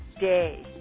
day